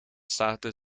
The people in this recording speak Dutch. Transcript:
staten